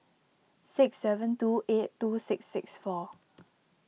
six seven two eight two six six four